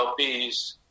LPs